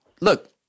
look